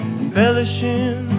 embellishing